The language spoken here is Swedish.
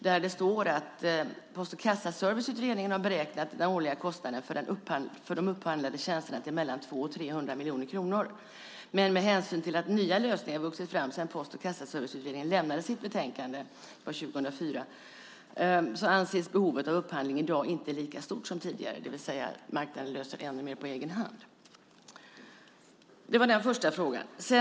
Där står det att Post och kassautredningen har beräknat den årliga kostnaden för de upphandlade tjänsterna till mellan 200 och 300 miljoner kronor, men med hänsyn till att nya lösningar vuxit fram sedan Post och kassaserviceutredningen lämnade sitt betänkande 2004 anses behovet av upphandling i dag inte lika stort som tidigare. Det vill säga att marknaden löser ännu mer på egen hand.